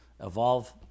evolve